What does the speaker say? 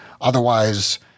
Otherwise